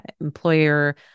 employer